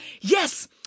Yes